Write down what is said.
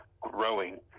growing